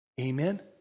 Amen